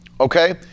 okay